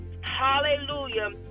Hallelujah